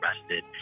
arrested